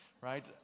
right